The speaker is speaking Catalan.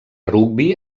rugbi